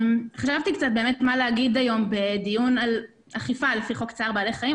חשבתי מה להגיד היום בדיון על אכיפה על-פי חוק צער בעלי חיים.